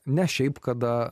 ne šiaip kada